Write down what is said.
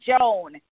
Joan